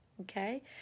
okay